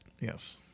yes